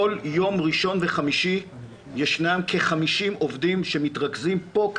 בכל יום ראשון וחמישי ישנם כ-50 עובדים שמתרכזים פה,